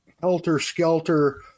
helter-skelter